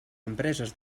empreses